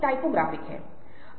जो 2011 में हुआ था